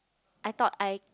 I thought I